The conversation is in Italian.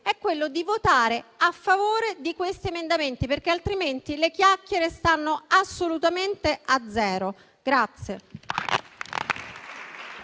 fede è votare a favore di questi emendamenti, perché, altrimenti, le chiacchiere stanno assolutamente a zero.